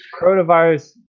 Coronavirus